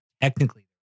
technically